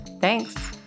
Thanks